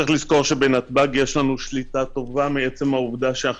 צריך לזכור שבנתב"ג יש לנו שליטה טובה מעצם העובדה שאנחנו